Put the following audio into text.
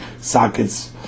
sockets